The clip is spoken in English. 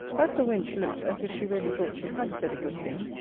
as the wench looked as if she really thought she had said a good thing,